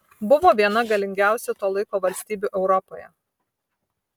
buvo viena galingiausių to laiko valstybių europoje